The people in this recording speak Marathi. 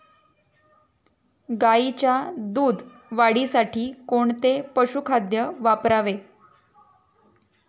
गाईच्या दूध वाढीसाठी कोणते पशुखाद्य वापरावे?